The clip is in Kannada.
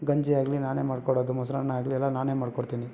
ಗಂಜಿ ಆಗಲಿ ನಾನೇ ಮಾಡಿಕೊಡೋದು ಮೊಸರನ್ನ ಆಗಲಿ ಎಲ್ಲ ನಾನೇ ಮಾಡಿಕೊಡ್ತೀನಿ